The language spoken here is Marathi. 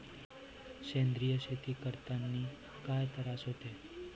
सेंद्रिय शेती करतांनी काय तरास होते?